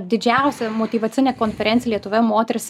didžiausią motyvacinę konferenciją lietuvoje moters